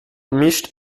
mischt